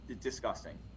Disgusting